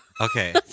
Okay